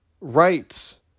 rights